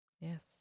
Yes